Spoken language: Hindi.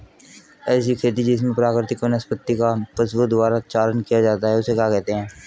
ऐसी खेती जिसमें प्राकृतिक वनस्पति का पशुओं द्वारा चारण किया जाता है उसे क्या कहते हैं?